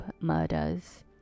murders